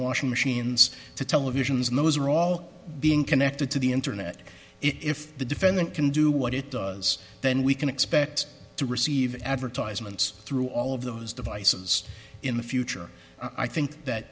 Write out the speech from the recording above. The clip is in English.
machines to televisions and those are all being connected to the internet if the defendant can do what it does then we can expect to receive advertisements through all of those devices in the future i think that